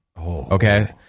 Okay